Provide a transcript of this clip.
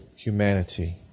Humanity